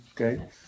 okay